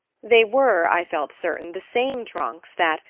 they were, i felt certain, the same trunks that,